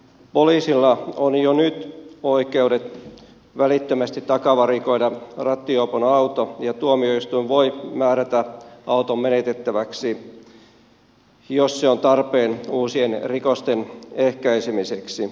poliisilla on jo nyt oikeudet välittömästi takavarikoida rattijuopon auto ja tuomioistuin voi määrätä auton menetettäväksi jos se on tarpeen uusien rikosten ehkäisemiseksi